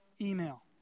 email